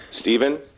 Stephen